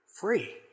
free